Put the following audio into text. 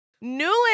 newland